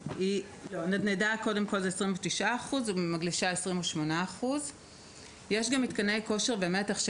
נדנדה היא 29%; מגלשה 28%; יש גם מתקני כושר ומתח,